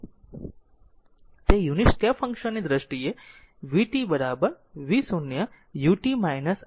તે unit step function ની દ્રષ્ટિએ vt v0 u t i 3